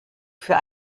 für